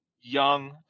young